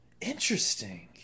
Interesting